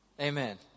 Amen